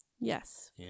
Yes